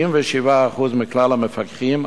97% מכלל המפקחים,